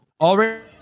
Already